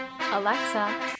Alexa